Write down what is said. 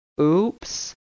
oops